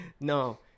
No